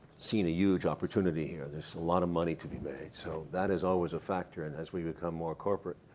seeing a huge opportunity here. there's a lot of money to be made so that is always a factor. and as we become more corporate,